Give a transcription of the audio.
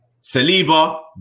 Saliba